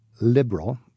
liberal